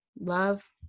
Love